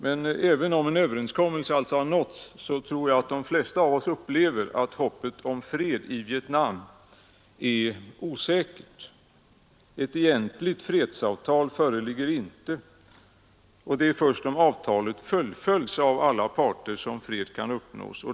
Men även om en överenskommelse alltså har nåtts, tror jag att de flesta av oss upplever att hoppet om fred i Vietnam är osäkert. Ett egentligt fredsavtal föreligger inte. Det är först om avtalet fullföljs av alla parter som fred kan uppnås.